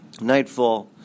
nightfall